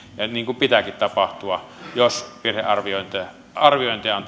niin kuin pitääkin tapahtua jos virhearviointeja on